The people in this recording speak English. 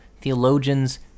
theologians